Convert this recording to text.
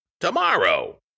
tomorrow